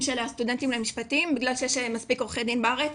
של סטודנטים למשפטים בגלל שיש מספיק עורכי דין בארץ.